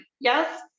Yes